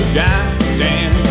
goddamn